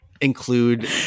include